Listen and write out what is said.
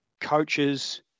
coaches